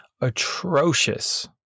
atrocious